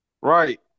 Right